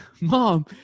Mom